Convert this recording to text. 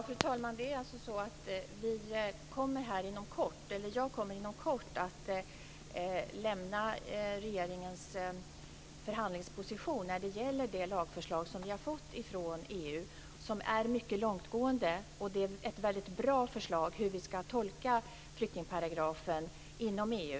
Fru talman! Jag kommer inom kort att lämna besked om regeringens förhandlingsposition när det gäller det lagförslag som vi har fått från EU, som är mycket långtgående. Det är ett väldigt bra förslag om hur vi ska tolka flyktingparagrafen inom EU.